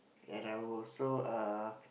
and I will also err